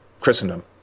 Christendom